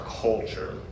culture